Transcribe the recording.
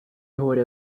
горя